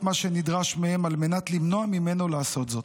מה שנדרש מהם על מנת למנוע ממנו לעשות זאת.